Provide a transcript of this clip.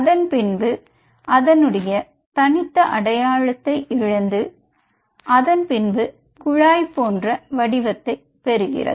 அதன் பின்பு அதனுடைய தனித்த அடையாளத்தை இழந்து அதன் பின்பு குழாய் போன்ற வடிவத்தை பெறுகிறது